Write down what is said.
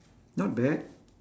not bad